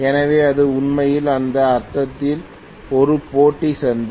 எனவே அது உண்மையில் அந்த அர்த்தத்தில் ஒரு போட்டி சந்தை